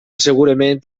segurament